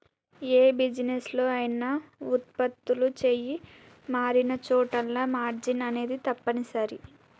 యే బిజినెస్ లో అయినా వుత్పత్తులు చెయ్యి మారినచోటల్లా మార్జిన్ అనేది తప్పనిసరి